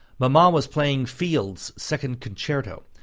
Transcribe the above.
mamma was playing field's second concerto.